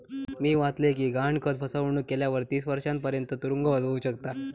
मी वाचलय कि गहाणखत फसवणुक केल्यावर तीस वर्षांपर्यंत तुरुंगवास होउ शकता